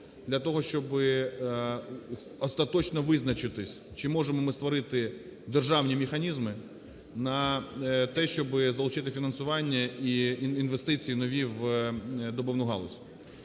для того, щоби остаточно визначитись, чи можемо ми створити державні механізми на те, щоби залучити фінансування і інвестиції нові в добувну галузь.